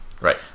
Right